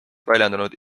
väljendanud